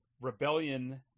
rebellion